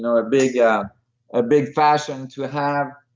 and ah big yeah ah big fashion to have